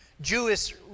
Jewish